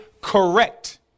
correct